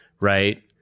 right